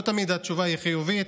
לא תמיד התשובה חיובית,